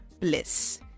bliss